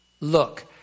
Look